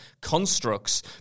constructs